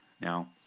Now